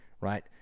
right